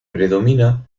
predomina